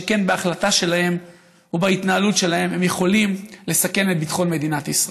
שכן בהחלטה שלהם ובהתנהלות שלהם הם יכולים לסכן את ביטחון מדינת ישראל.